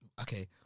okay